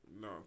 No